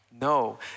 No